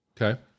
Okay